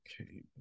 Okay